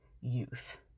youth